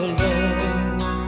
love